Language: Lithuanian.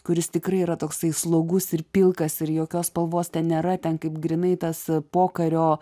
kuris tikrai yra toksai slogus ir pilkas ir jokios spalvos ten nėra ten kaip grynai tas pokario